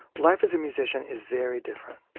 life as a musician is very different.